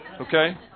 Okay